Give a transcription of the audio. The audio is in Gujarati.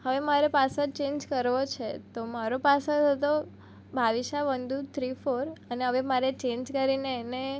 હવે મારે પાસવર્ડ ચેન્જ કરવો છે તો મારો પાસવર્ડ હતો Bhavisha one two three four અને હવે મારે ચેન્જ કરીને એને